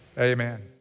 Amen